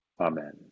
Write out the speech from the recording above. Amen